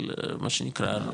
מה שנקרא,